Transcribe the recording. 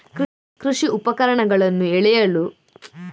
ಕೃಷಿ ಉಪಕರಣಗಳನ್ನು ಎಳೆಯಲು ಮತ್ತು ತಳ್ಳಲು ಪರಿಪೂರ್ಣ ಆಯ್ಕೆಯಾಗಿದೆ